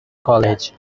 college